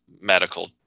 medical